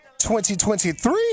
2023